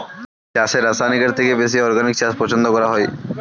চাষে রাসায়নিকের থেকে বেশি অর্গানিক চাষ পছন্দ করা হয়